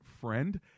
friend